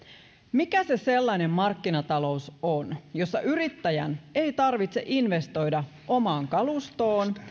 mikä se sellainen markkinatalous on jossa yrittäjän ei tarvitse investoida omaan kalustoon